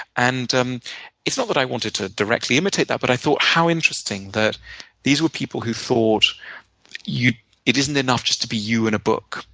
and um it's not that i wanted to directly imitate that, but i thought, how interesting, that these were people who thought it isn't enough just to be you in a book.